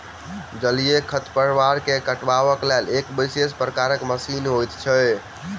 जलीय खढ़पतवार के काटबाक लेल एक विशेष प्रकारक मशीन होइत छै